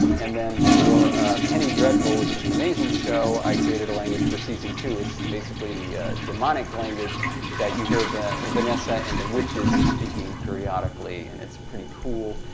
and then for penny dreadful, which is an amazing show, i created a language for season two. it's basically the demonic language that you hear vanessa and the witches speaking periodically. and it's pretty cool.